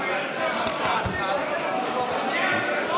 למה מהצד?